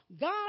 God